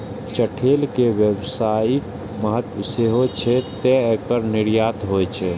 चठैल के व्यावसायिक महत्व सेहो छै, तें एकर निर्यात होइ छै